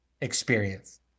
experience